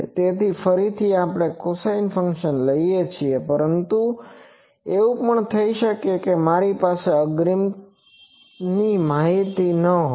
તેથી ફરીથી આપણે ત્યાં cosine ફંક્શન લઈએ છીએ પરંતુ એવું પણ થઈ શકે છે કે મારી પાસે અગ્રિમ માહિતી ન હોય